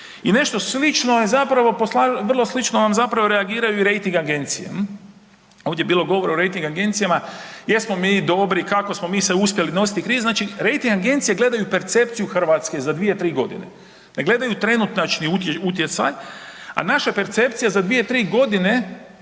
i nešto slično je zapravo vrlo slično vam zapravo reagiraju i rejting agencije. Ovdje je bilo govora o rejting agencijama, jesmo mi dobri, kako smo mi se uspjeli nositi, znači agencije gledaju percepciju Hrvatske za 2-3 godine. N gledaju trenutačni utjecaj, a naša percepcija za 2-3 godine